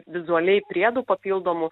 vizualiai priedų papildomų